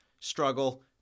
struggle